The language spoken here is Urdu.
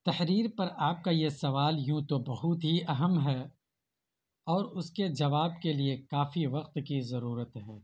تحریر پر آپ کا یہ سوال یوں تو بہت ہی اہم ہے اور اس کے جواب کے لیے کافی وقت کی ضرورت ہے